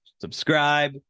subscribe